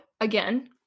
again